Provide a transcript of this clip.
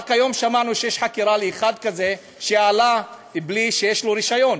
רק היום שמענו שיש חקירה על אחד כזה שעלה בלי שיש לו רישיון.